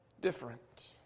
different